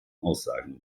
aussagen